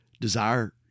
desire